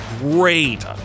great